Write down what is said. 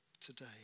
today